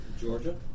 Georgia